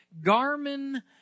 Garmin